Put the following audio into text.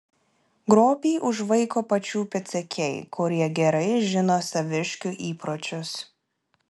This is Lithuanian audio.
grobį užvaiko pačių pėdsekiai kurie gerai žino saviškių įpročius